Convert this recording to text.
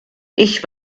ich